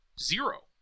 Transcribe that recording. zero